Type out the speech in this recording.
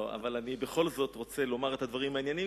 אני בכל זאת רוצה לומר את הדברים הענייניים,